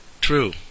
True